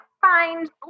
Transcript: find